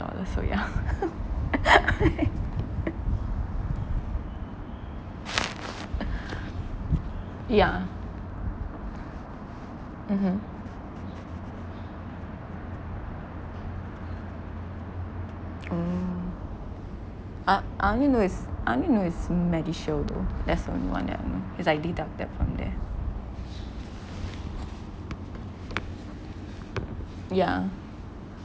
dollars so yeah yeah mmhmm oh I I only know is I only know is m~ MediShield though that's the only one that I know cause I deducted from there yeah